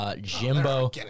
Jimbo